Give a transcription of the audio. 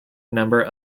number